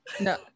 no